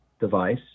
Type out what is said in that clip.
device